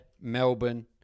Melbourne